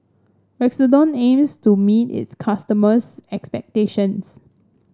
Redoxon aims to meet its customers' expectations